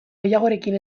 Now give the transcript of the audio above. gehiagorekin